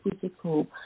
physical